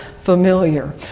familiar